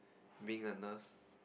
being a nurse